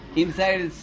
inside